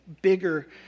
bigger